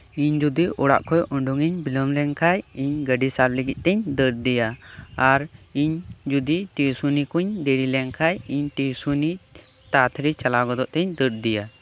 ᱤᱧ ᱡᱩᱫᱤ ᱚᱲᱟᱜ ᱠᱷᱚᱱ ᱩᱰᱩᱜ ᱤᱧ ᱵᱤᱞᱚᱢ ᱞᱮᱱᱠᱷᱟᱱ ᱤᱧ ᱜᱟᱹᱰᱤ ᱥᱟᱵ ᱞᱟᱹᱜᱤᱫᱛᱤᱧ ᱫᱟᱹᱲ ᱤᱫᱤᱭᱟ ᱟᱨ ᱤᱧ ᱡᱩᱫᱤ ᱴᱤᱭᱩᱥᱮᱱᱤᱠᱩᱧ ᱫᱮᱨᱤ ᱞᱮᱱᱠᱷᱟᱱ ᱤᱧ ᱴᱤᱭᱩᱥᱮᱱᱤ ᱛᱟᱲᱟᱛᱟᱹᱲᱤ ᱪᱟᱞᱟᱣ ᱜᱚᱫᱚᱜ ᱛᱮᱧ ᱫᱟᱹᱲ ᱤᱫᱤᱭᱟ